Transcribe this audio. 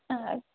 ആ